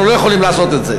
אנחנו לא יכולים לעשות את זה.